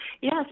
Yes